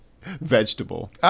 vegetable